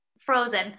frozen